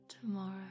tomorrow